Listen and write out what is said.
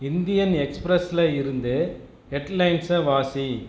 Indian எக்ஸ்பிரஸில் இருந்து ஹெட்லைன்ஸை வாசி